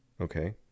okay